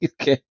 okay